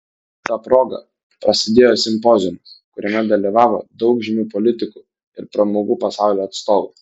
ta proga prasidėjo simpoziumas kuriame dalyvavo daug žymių politikų ir pramogų pasaulio atstovų